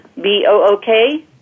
B-O-O-K